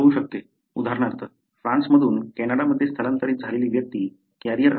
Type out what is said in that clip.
उदाहरणार्थ फ्रान्समधून कॅनडामध्ये स्थलांतरित झालेली व्यक्ती कॅरियर असू शकत नाही